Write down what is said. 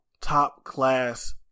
top-class